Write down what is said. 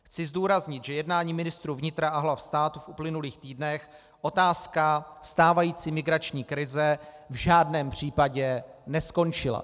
Chci zdůraznit, že jednáním ministrů vnitra a hlav států v uplynulých týdnech otázka stávající migrační krize v žádném případě neskončila.